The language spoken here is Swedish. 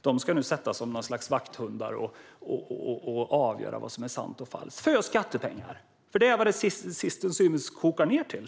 Nu ska de sitta som något slags vakthundar och för skattepengar avgöra vad som är sant och falskt. Det är vad det till syvende och sist kokar ned till.